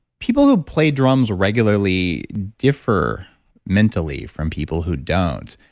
people who play drums regularly differ mentally from people who don't.